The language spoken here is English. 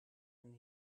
and